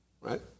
right